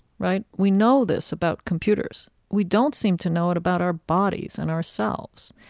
right? we know this about computers. we don't seem to know it about our bodies and ourselves.